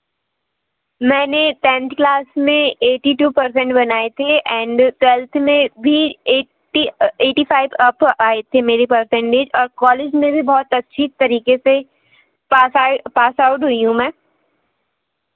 मैंने tenth class में eighty two percent बनाए थे एंड ट्वेल्थ में भी एटी एटी फ़ाइव अप आए थे मेरे परसेंटेज़ कॉलेज में भी बहुत अच्छी तरीके से पास आइ पासआउट हुई हूँ मैं